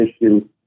issue